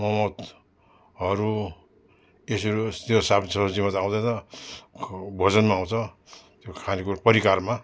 मम हरू यस्तोहरू साग सब्जीमा त आउँदैन भोजनमा आउँछ त्यो खाने कुरो परिकारमा